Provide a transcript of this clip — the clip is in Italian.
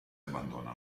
abbandona